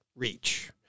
reach